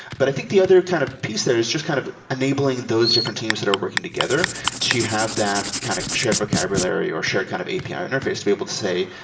but i think the other kind of piece there is just kind of enabling those different teams that are working together to have that kind of shared vocabulary or a shared kind of api ah interface to be able to say,